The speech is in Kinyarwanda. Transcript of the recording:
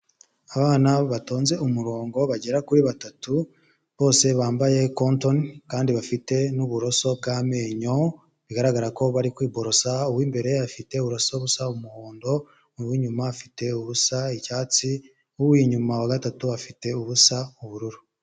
Abana batonze umurongo bagera kuri batatu, bose bambaye kontoni kandi bafite n'uburoso bw'amenyo, bigaragara ko bari kwiborosa, uw'imbere afite uruso busa umuhondo, uw'inyuma afite ubusa icyatsi, uw'uyuma wa gatatu afite ubusa ubururu.